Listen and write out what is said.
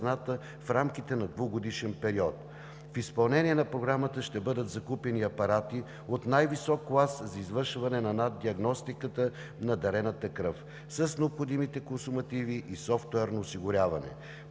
В изпълнение на Програмата ще бъдат закупени апарати от най-висок клас за извършване на диагностика на дарената кръв с необходимите консумативи и софтуерно осигуряване.